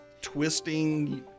twisting